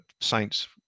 Saints